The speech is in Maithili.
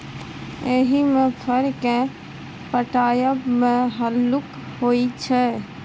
एहिमे फर केँ पटाएब मे हल्लुक होइ छै